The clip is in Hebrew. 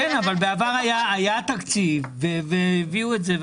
אבל בעבר היה תקציב והביאו את זה.